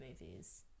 movies